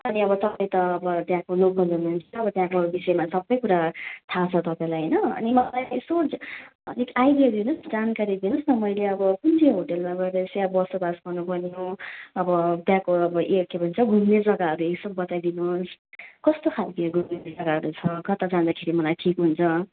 अनि अब तपाईँ त अब त्यहाँको लोकल हुनु हुन्छ अब त्यहाँको विषयमा सबै कुरा थाहा छ तपाईँलाई होइन अनि मलाई यसो अलिक आइडिया दिनु होस् जानकारी दिनु होस् न मैले अब कुन चाहिँ होटेलमा गएर चाहिँ अब बसोबास गर्नु पर्ने हो अब त्यहाँको अब ए के भन्छ घुम्ने जगाहरू यसो बताइदिनु होस् कस्तो खाले घुम्ने जगाहरू छ कता जाँदाखेरि मलाई ठिक हुन्छ